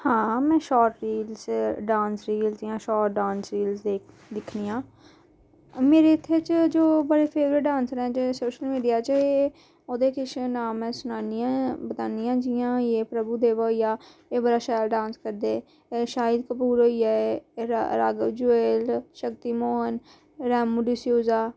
हां में short reels च डांस रीलस जां शार्ट डांस रील दिक्खनियां मेरे इत्थे बड़े फेब्रट डांसर नै सोशल मीडिया च ओह्दे किश नां में सनानियां जियां प्रभुदेवा होई गेआ ओह् बड़ा शैल डांस करदे न शाहिद कपूर होई गेआ राघव जी होई गे शक्ति मोहन राम डसूजा